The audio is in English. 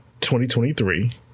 2023